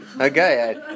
Okay